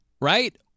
right